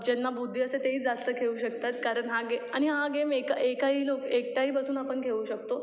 ज्यांना बुद्धी असते तेही जास्त खेळू शकतात कारण हा गे आणि हा गेम हे का हे काही लोक एकेठायी बसून आपण खेळू शकतो